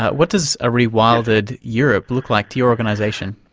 what does a rewilded europe look like to your organisation?